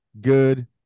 good